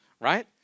right